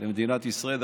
למדינת ישראל.